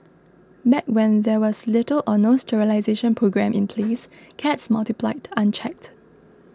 back when there was little or no sterilisation programme in please cats multiplied unchecked